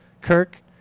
kirk